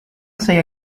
saya